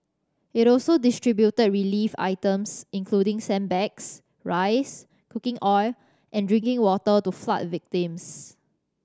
it also distributed relief items including sandbags rice cooking oil and drinking water to flood victims